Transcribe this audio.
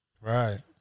Right